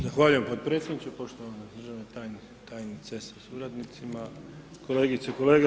Zahvaljujem potpredsjedniče, poštovana državna tajnice sa suradnicima, kolegice i kolege.